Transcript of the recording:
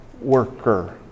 worker